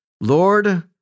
Lord